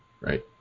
right